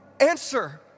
answer